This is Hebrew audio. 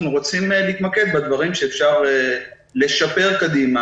אנחנו רוצים להתמקד בדברים שאפשר לשפר קדימה,